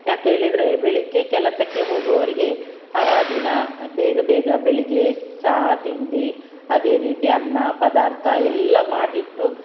ಯಾಕೆ ಹೇಳಿದರೆ ಬೆಳಿಗ್ಗೆ ಕೆಲಸಕ್ಕೆ ಹೋಗುವವರಿಗೆ ಆ ದಿನ ಬೇಗ ಬೇಗ ಬೆಳಿಗ್ಗೆ ಚಾ ತಿಂಡಿ ಅದೇ ರೀತಿ ಅನ್ನ ಪದಾರ್ಥ ಎಲ್ಲ ಮಾಡಿಟ್ಟು